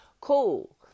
Cool